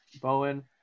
bowen